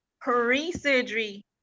pre-surgery